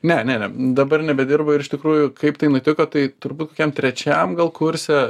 ne ne dabar nebedirbu ir iš tikrųjų kaip tai nutiko tai turbūt kokiam trečiam gal kurse